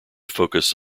focus